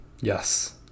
yes